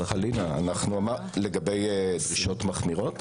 לגבי דרישות מחמירות?